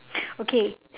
okay